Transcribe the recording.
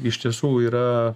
iš tiesų yra